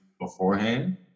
beforehand